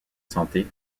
santé